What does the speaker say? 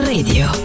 Radio